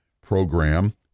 program